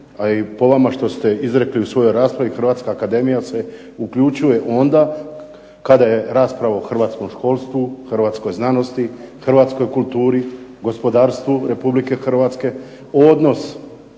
a i po vama što ste izrekli u svojoj raspravi Hrvatska akademija se uključila onda kada je rasprava u hrvatskom školstvu, hrvatskoj znanosti, hrvatskoj kulturi, gospodarstvu Republike Hrvatske, odnos